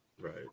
right